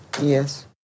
Yes